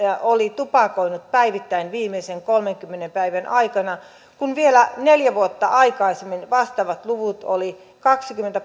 oli tupakoinut päivittäin viimeisen kolmenkymmenen päivän aikana kun vielä neljä vuotta aikaisemmin vastaavat luvut olivat kaksikymmentä